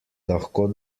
lahko